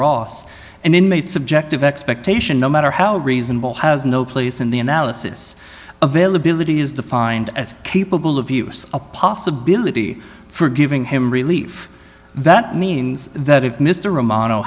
ross an inmate subjective expectation no matter how reasonable has no place in the analysis availability is defined as capable of use a possibility for giving him relief that means that if mr amano